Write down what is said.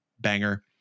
Banger